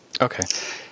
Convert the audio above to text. Okay